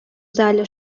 зале